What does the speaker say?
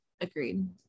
Agreed